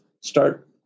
start